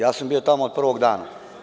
Ja sam bio tamo od prvog dana.